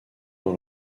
dans